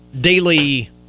daily